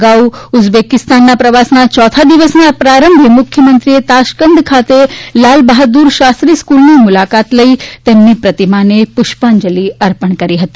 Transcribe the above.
અગાઉ ઉઝબેકિસ્તાનના પ્રવાસના ચોથા દિવસના પ્રારંભે મુખ્યમંત્રીએ તારકંદ ખાતે લાલ બહાદુર શાસ્ત્રી સ્ક્લની મુલાકાત લઈ તેમની પ્રતિમાને પુષ્પાંજલી અર્પણ કરી હતી